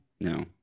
No